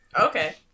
okay